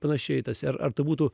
panašiai tas ir ar tai būtų